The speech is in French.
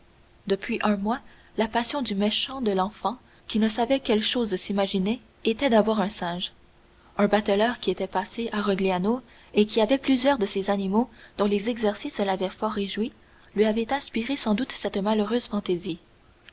depuis un mois la passion du méchant enfant qui ne savait quelle chose s'imaginer était d'avoir un singe un bateleur qui était passé à rogliano et qui avait plusieurs de ces animaux dont les exercices l'avaient fort réjoui lui avait inspiré sans doute cette malheureuse fantaisie